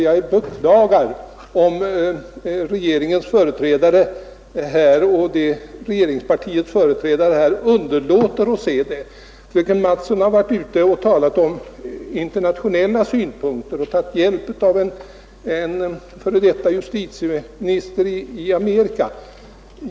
Jag beklagar om regeringens och regeringspartiets företrädare underlåter att se allvaret i detta läge. Fröken Mattson har talat om internationella förhållanden och tagit hjälp av en f. d. justitieminister i Amerika.